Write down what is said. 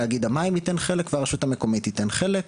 תאגיד המים ייתן חלק והרשות המקומית תיתן חלק.